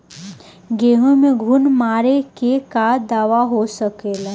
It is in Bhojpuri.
गेहूँ में घुन मारे के का दवा हो सकेला?